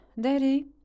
Daddy